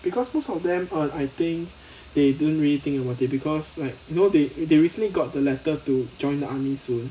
because most of them um I think they don't really think about it because like you know they they recently got the letter to join the army soon